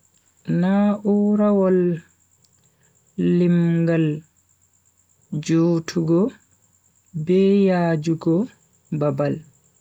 Na'urawol limngal juutugo be yaajugo babal.